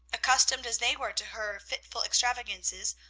accustomed as they were to her fitful extravagances,